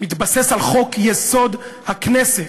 מתבסס על חוק-יסוד: הכנסת.